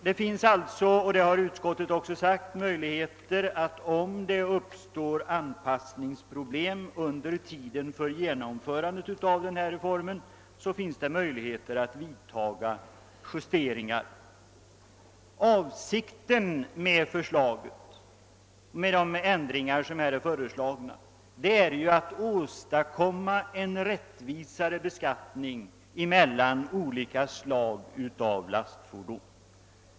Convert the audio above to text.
Som utskottet påpekar finns det alltså möjligheter att göra justeringar, om det uppstår anpassningsproblem under tiden för genomförandet av reformen. Avsikten med de föreslagna ändringarna är att åstadkomma en större rättvisa mellan olika slag av lastfordon i fråga om beskattningen.